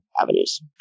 avenues